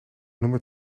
nummer